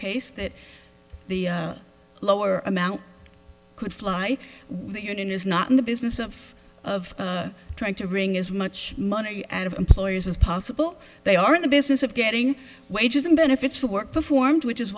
case that the lower amount could fly with the union is not in the business of of trying to bring as much money out of employees as possible they are in the business of getting wages and benefits for work performed which is